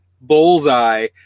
bullseye